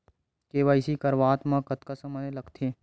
KYC करवात म कतका समय लगथे?